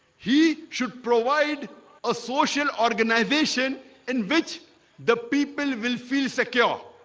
he should provide a social organization in which the people will feel secure